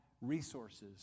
resources